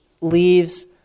leaves